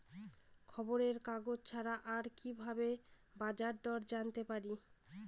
খবরের কাগজ ছাড়া আর কি ভাবে বাজার দর জানতে পারি?